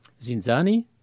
Zinzani